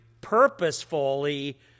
purposefully